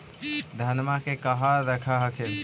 धनमा के कहा रख हखिन?